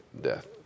death